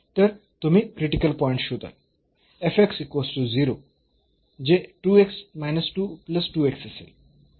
तर तुम्ही critical points शोधाल जे असेल